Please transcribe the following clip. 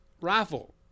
rifle